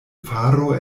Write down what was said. faro